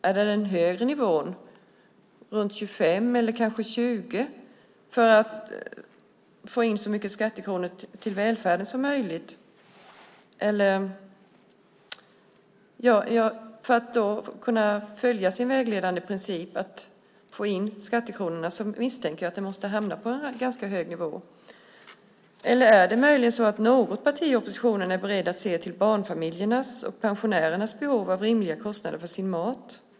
Är det den högre nivån, runt 25 procent eller kanske 20 procent, som det handlar om för att få in så många skattekronor som möjligt till välfärden, så att ni kan följa er vägledande princip att få in skattekronorna? Jag misstänker att det måste hamna på en ganska hög nivå. Eller är det möjligen så att något parti i oppositionen är beredd att se till barnfamiljernas och pensionärernas behov av rimliga kostnader för sin mat?